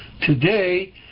today